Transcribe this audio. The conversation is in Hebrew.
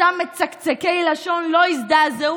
אותם מצקצקי לשון לא הזדעזעו,